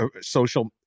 social